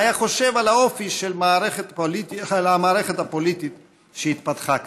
מה היה חושב על האופי של המערכת הפוליטית שהתפתחה כאן?